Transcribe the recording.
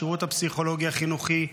בשירות הפסיכולוגי החינוכי,